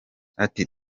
ati